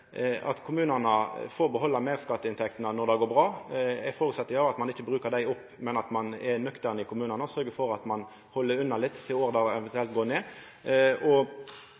at kommunane får behalda meirskatteinntektene når det går bra. Eg føreset at dei ikkje brukar dei opp, men at kommunane er nøkterne og sørgjer for at ein held unna litt til det eventuelt går ned. Så er det viktig for kommunane at dei lever av skatteinntektene òg og